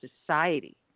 society